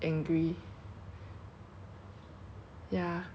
but other than that ot~ the people that are quite nice like